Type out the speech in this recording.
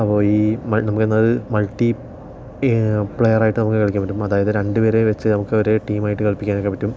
അപ്പോൾ ഈ മൾ നമ്മൾ മൾട്ടി പ്ലെയറായിട്ട് നമുക്ക് കളിയ്ക്കാൻ പറ്റും അതായത് രണ്ട് പേരെ വെച്ച് നമുക്ക് ഒരു ടീമായിട്ട് കളിപ്പിക്കാനൊക്കെ പറ്റും